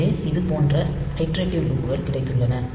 எனவே இது போன்ற இடெரடிவ் லூப் கள் கிடைத்துள்ளன